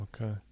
okay